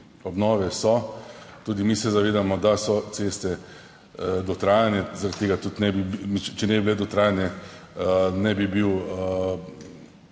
obnove, so tudi mi se zavedamo, da so ceste dotrajane, zaradi tega tudi ne bi, če ne bi bile dotrajane, ne bi bil